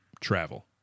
travel